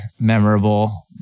memorable